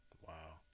Wow